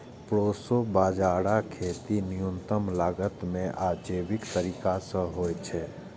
proso बाजाराक खेती न्यूनतम लागत मे आ जैविक तरीका सं होइ छै